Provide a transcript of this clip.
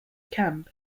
camp